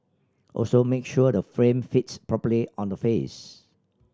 also make sure the frame fits properly on the face